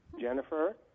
Jennifer